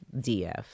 DF